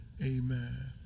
amen